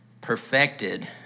perfected